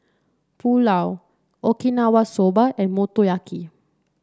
Pulao Okinawa Soba and Motoyaki